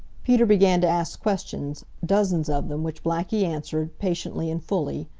peter began to ask questions dozens of them, which blackie answered, patiently and fully.